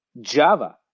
Java